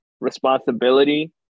responsibility